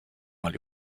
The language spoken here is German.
mal